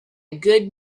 good